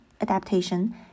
adaptation